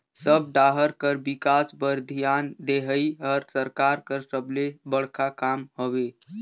सब डाहर कर बिकास बर धियान देहई हर सरकार कर सबले सबले बड़खा काम हवे